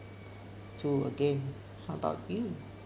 so again how about you